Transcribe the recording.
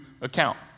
account